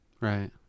Right